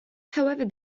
however